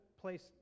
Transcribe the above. place